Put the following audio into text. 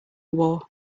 war